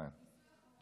כאן.